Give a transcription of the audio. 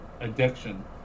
addiction